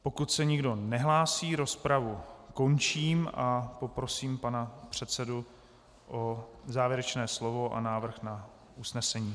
Pokud se nikdo nehlásí, rozpravu končím a poprosím pana předsedu o závěrečné slovo a návrh na usnesení.